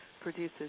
produces